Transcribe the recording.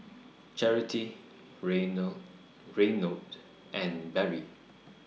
Charity Reynold and Barry